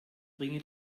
bringe